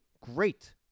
Great